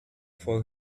for